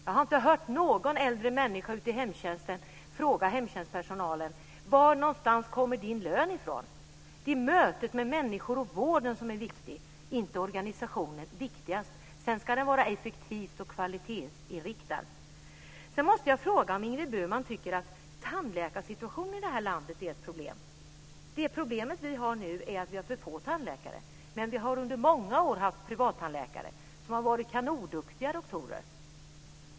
Jag har inte hört någon äldre människa i hemtjänsten fråga varifrån personalens lön kommer. Det är mötet med människor och vården som är viktigast - inte organisationen. Men organisationen ska vara effektiv och kvalitetsinriktad. Jag måste fråga om Ingrid Burman tycker att tandläkarsituationen i landet är ett problem. Det problem vi har nu är att vi har för få tandläkare. Men vi har under många år haft privattandläkare som har varit kanonduktiga doktorer.